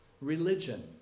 Religion